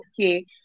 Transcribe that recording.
okay